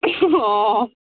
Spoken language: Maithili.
हँ